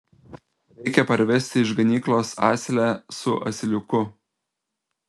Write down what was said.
reikia parvesti iš ganyklos asilę su asiliuku